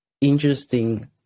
interesting